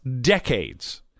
decades